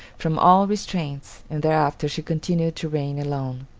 from all restraints, and thereafter she continued to reign alone.